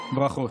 ברכות.